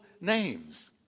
names